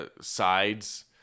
sides